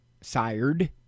sired